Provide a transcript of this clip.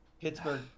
Pittsburgh